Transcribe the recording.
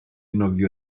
nofio